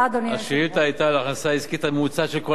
השאילתא היתה על הכנסה עסקית ממוצעת של כל החברות.